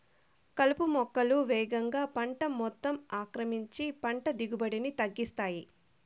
కలుపు మొక్కలు వేగంగా పంట మొత్తం ఆక్రమించి పంట దిగుబడిని తగ్గిస్తాయి